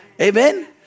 Amen